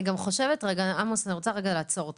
אני רוצה רגע לעצור אותך.